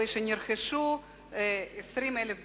ואמרת שנרכשו 20,000 דירות,